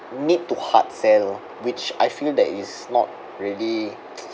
need to hard sell which I feel that is not really